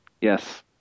Yes